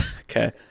Okay